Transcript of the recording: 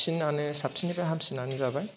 साबसिनानो साबसिननिफ्राय हामसिन जाबाय